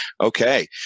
Okay